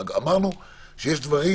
אמרנו שיש דברים